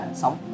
sống